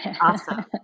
awesome